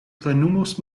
plenumos